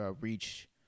reach